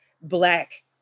black